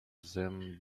them